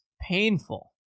painful